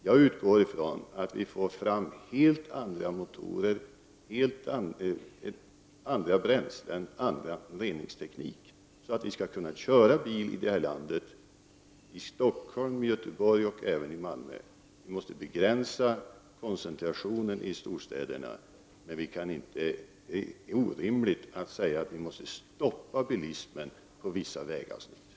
Jag utgår emellertid ifrån att vi får fram helt andra motorer, andra bränslen och andra reningstekniker, så att vi kan köra bil i det här landet — i Stockholm, Göteborg och även Malmö, Vi måste begränsa koncentrationen av bilar i storstäderna, men det är orimligt att stoppa bilismen på vissa vägavsnitt.